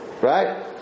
Right